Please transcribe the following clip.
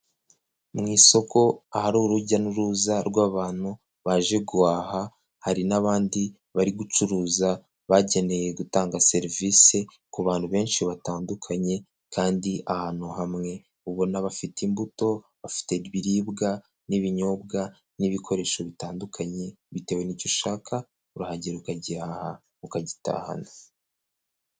Mu isoko ahari urujya n'uruza rw'abantu baje guhaha, hari n'abandi bari gucuruza bakeneye gutanga serivisi ku bantu benshi batandukanye kandi ahantu hamwe, ubona bafite imbuto, bafite ibiribwa n'ibinyobwa n'ibikoresho bitandukanye, bitewe n'icyo ushaka urahagera ukagihaha ukagitahana.